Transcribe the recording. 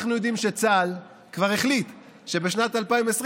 אנחנו יודעים שצה"ל כבר החליט שבשנת 2020,